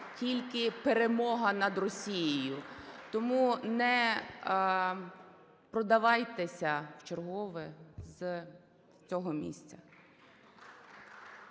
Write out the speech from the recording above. тільки перемога над Росією. Тому не продавайтеся вчергове з цього місця.